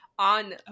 On